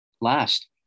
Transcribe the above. last